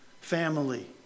family